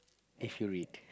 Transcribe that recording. if you read